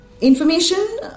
information